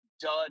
dud